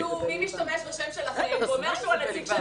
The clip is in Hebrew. רק תדעו מי משתמש בשם שלכן ואומר שהוא הנציג שלכן.